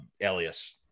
alias